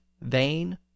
vain